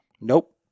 nope